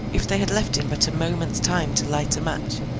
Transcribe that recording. if they had left him but a moment's time to light a match,